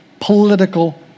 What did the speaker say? political